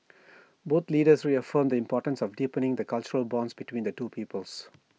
both leaders reaffirmed the importance of deepening the cultural bonds between the two peoples